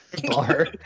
bar